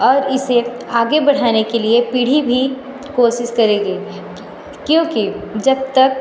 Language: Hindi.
और इसे आगे बढ़ाने के लिए पीढ़ी भी कोशिश करेगी क्योंकि जब तक